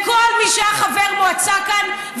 לכל מי שהיה חבר מועצה כאן,